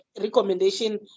recommendation